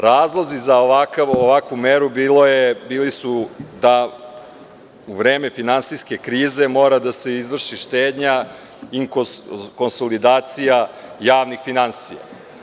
Razlozi za ovakvu meru bili su da u vreme finansijske krize mora da se izvrši štednja i konsolidacija javnih finansija.